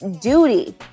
duty